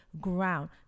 ground